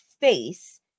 face